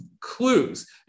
clues